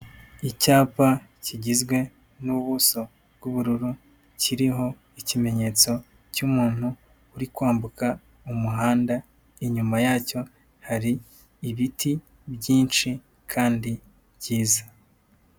Icyapa kigizwe n'ubuso bw'ubururu kiriho ikimenyentso cy'umuntu uri kwambuka umuhanda, inyuma yacyo hari ibiti byinshi kandi byiza.